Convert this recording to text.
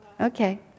okay